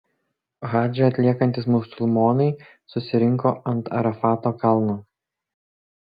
hadžą atliekantys musulmonai susirinko ant arafato kalno